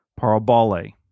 Parabole